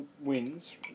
wins